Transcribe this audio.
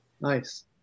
Nice